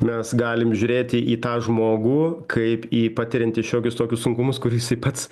mes galim žiūrėti į tą žmogų kaip į patiriantį šiokius tokius sunkumus kurių jisai pats